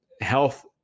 health